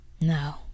No